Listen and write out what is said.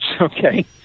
okay